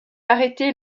arrêtée